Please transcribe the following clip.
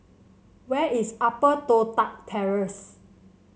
where is Upper Toh Tuck Terrace